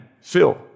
fill